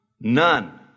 None